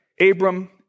Abram